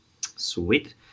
Sweet